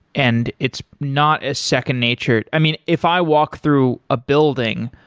and it's not a second nature i mean, if i walk through a building,